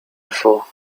before